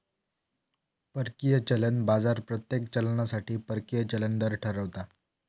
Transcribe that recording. परकीय चलन बाजार प्रत्येक चलनासाठी परकीय चलन दर ठरवता